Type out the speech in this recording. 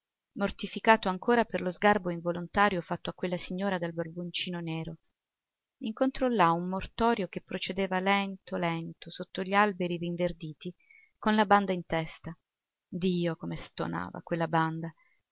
mortificato ancora per lo sgarbo involontario fatto a quella signora dal barboncino nero incontrò là un mortorio che procedeva lento lento sotto gli alberi rinverditi con la banda in testa dio come stonava quella banda